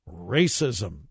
racism